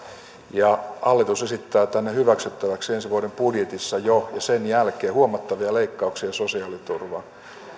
ja hallitus esittää tänne hyväksyttäväksi jo ensi vuoden budjetissa ja sen jälkeen huomattavia leikkauksia sosiaaliturvaan